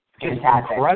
fantastic